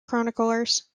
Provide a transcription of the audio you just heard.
chroniclers